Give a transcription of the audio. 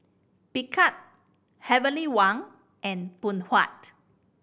Picard Heavenly Wang and Phoon Huat